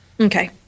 Okay